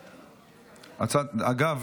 אגב,